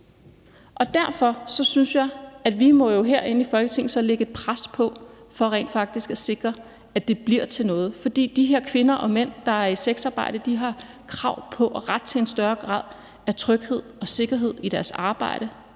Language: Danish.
Derfor synes jeg, at vi herinde i Folketinget så må lægge et pres på for rent faktisk skal sikre, at det bliver til noget, for de her kvinder og mænd, der er sexarbejdere, har krav på og ret til en større grad af tryghed og sikkerhed i deres arbejde.